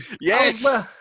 Yes